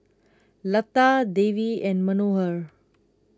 Lata Devi and Manohar